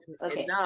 Okay